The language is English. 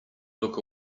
look